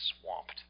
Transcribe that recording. swamped